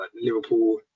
Liverpool